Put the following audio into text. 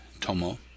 Tomo